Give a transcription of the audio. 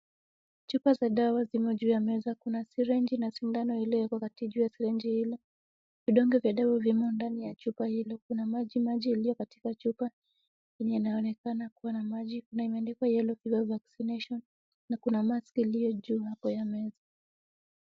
Chupa za dawa zimo juu ya meza kuna syringe na sindano iliyowekwa katika juu ya syringe ile, vidonge vya dawa vimo ndani ya chupa hilo, kuna maji maji yaliyokatika chupa yenye yanaonekana kuwa na maji na imeandikwa Yellow Fever vaccination na kuna mask iliyo juu hapo ya meza.